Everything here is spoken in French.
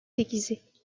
déguisée